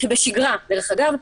בשגרה דרך אגב,